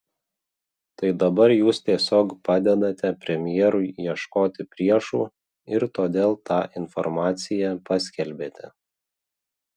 tai dabar jūs tiesiog padedate premjerui ieškoti priešų ir todėl tą informaciją paskelbėte